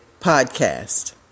podcast